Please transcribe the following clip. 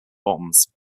bombs